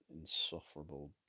insufferable